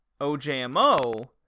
OJMO